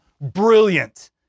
Brilliant